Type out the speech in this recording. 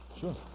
Sure